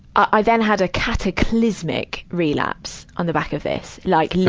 i then had a cataclysmic relapse on the back of this. like yeah